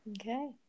Okay